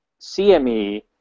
CME